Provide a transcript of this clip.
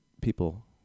People